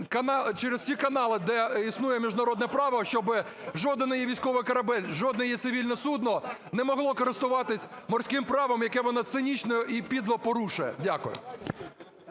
через всі канали, де існує міжнародне право, щоб жоден її військовий корабель, жодне її цивільне судно не могло користуватись морським правом, яке вона цинічно і підло порушує. Дякую.